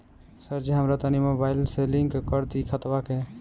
सरजी हमरा तनी मोबाइल से लिंक कदी खतबा के